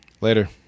later